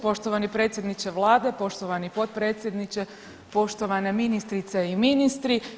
Poštovani predsjedniče vlade, poštovani potpredsjedniče, poštovane ministrice i ministri.